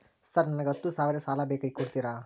Sir ನನಗ ಹತ್ತು ಸಾವಿರ ಸಾಲ ಬೇಕ್ರಿ ಕೊಡುತ್ತೇರಾ?